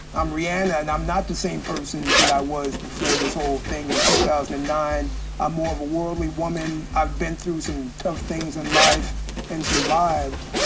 i'm rihanna, and i'm not the same person that i was before this whole thing in two thousand and nine ah more of a worldly woman. i've been through some tough things in life and survived,